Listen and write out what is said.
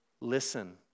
Listen